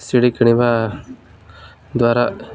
C D କିଣିବା ଦ୍ୱାରା